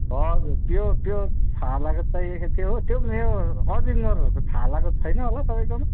हजुर त्यो त्यो छालाको चाहिएको थियो हो त्यो पनि यो अजिङ्गरहरको छालाको छैन होला तपाईँकोमा